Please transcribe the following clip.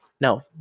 No